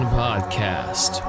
podcast